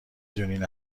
دونین